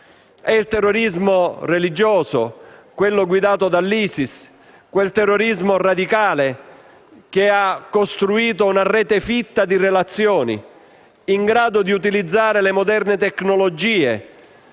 È il terrorismo religioso, quello guidato dall'ISIS, quel terrorismo radicale, che ha costruito una fitta rete di relazioni, in grado di utilizzare le moderne tecnologie,